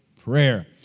prayer